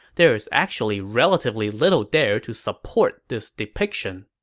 there is actually relatively little there to support this depiction